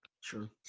Sure